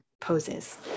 poses